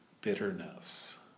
bitterness